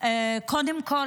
קודם כול,